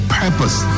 purpose